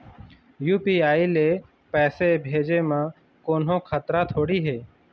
UPI ले पैसे भेजे म कोन्हो खतरा थोड़ी हे?